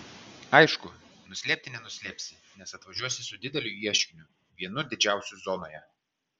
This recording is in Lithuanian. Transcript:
aišku nuslėpti nenuslėpsi nes atvažiuosi su dideliu ieškiniu vienu didžiausių zonoje